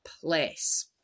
place